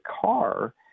car